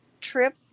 trip